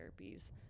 therapies